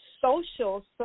social